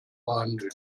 behandeln